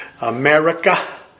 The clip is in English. America